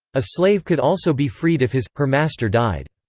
a slave could also be freed if his her master died.